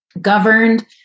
governed